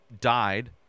died